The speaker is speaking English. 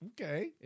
Okay